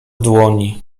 dłoni